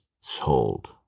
sold